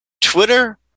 Twitter